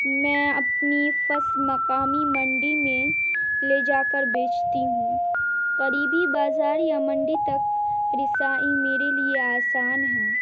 میں اپنی فصل مقامی منڈی میں لے جا کر بیچتی ہوں قریبی بازار یا منڈی تک رسائی میرے لیے آسان ہے